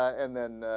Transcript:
and then ah.